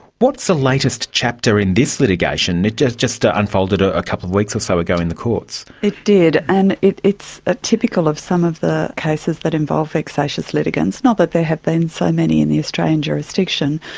what's the latest chapter in this litigation? it just just unfolded ah a couple of weeks or so ago in the courts. it did, and it's ah typical of some of the cases that involve vexatious litigants, not that there have been so many in the australian jurisdiction.